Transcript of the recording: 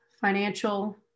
financial